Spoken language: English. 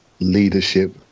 leadership